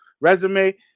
resume